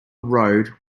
road